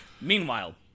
Meanwhile